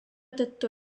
tõttu